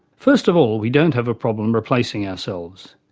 first of all we don't have a problem replacing ourselves.